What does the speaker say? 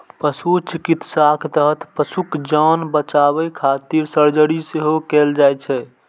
पशु चिकित्साक तहत पशुक जान बचाबै खातिर सर्जरी सेहो कैल जाइ छै